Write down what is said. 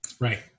Right